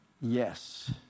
Yes